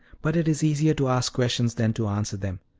but it is easier to ask questions than to answer them.